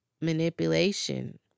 manipulation